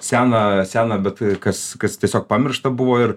seną seną bet ir kas kas tiesiog pamiršta buvo ir